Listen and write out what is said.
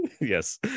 Yes